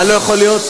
מה לא יכול להיות?